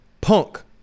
Punk